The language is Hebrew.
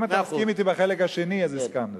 אם אתה מסכים אתי בחלק השני אז הסכמנו.